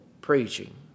preaching